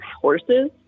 horses